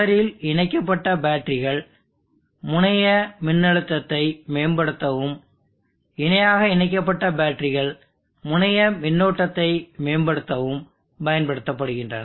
தொடரில் இணைக்கப்பட்ட பேட்டரிகள் முனைய மின்னழுத்தத்தை மேம்படுத்தவும் இணையாக இணைக்கப்பட்ட பேட்டரிகள் முனைய மின்னோட்டத்தை மேம்படுத்தவும் பயன்படுத்தப்படுகின்றன